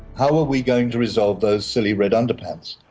how are we going to resolve those silly red underpants?